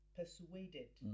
persuaded